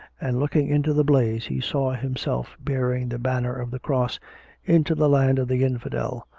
and looking into the blaze he saw himself bearing the banner of the cross into the land of the infidel,